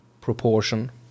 proportion